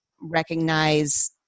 recognize